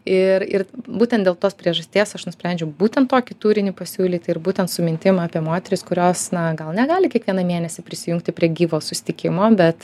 ir ir būtent dėl tos priežasties aš nusprendžiau būtent tokį turinį pasiūlyti ir būtent su mintim apie moteris kurios na gal negali kiekvieną mėnesį prisijungti prie gyvo susitikimo bet